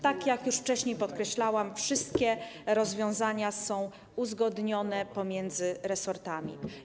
Tak jak już wcześniej podkreślałam, wszystkie rozwiązania są uzgodnione pomiędzy resortami.